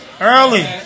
early